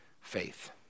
faith